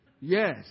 Yes